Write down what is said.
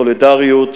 סולידריות,